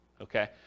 Okay